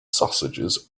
sausages